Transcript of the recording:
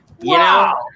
Wow